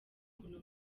ukuntu